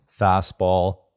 fastball